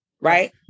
right